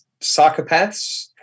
psychopaths